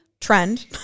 trend